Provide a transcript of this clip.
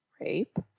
rape